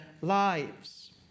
lives